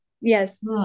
Yes